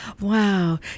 Wow